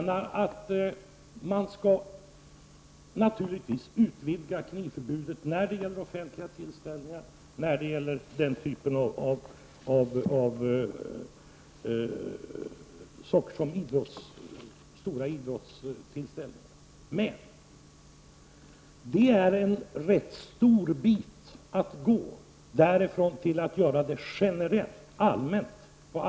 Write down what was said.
Naturligtvis skall knivförbudet utvidgas till att exempelvis gälla vid offentliga tillställningar, stora idrottsevenemang osv. Men det är en ganska lång väg att gå till att generellt införa förbud mot innehav av kniv på allmän plats.